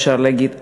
אפשר להגיד.